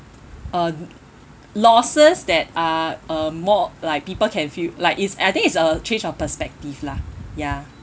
uh losses that are um more like people can feel like it's I think it's a change of perspective lah ya